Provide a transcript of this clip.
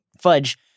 Fudge